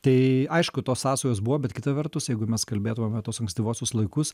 tai aišku tos sąsajos buvo bet kita vertus jeigu mes kalbėtume apie tuos ankstyvuosius laikus